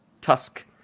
tusk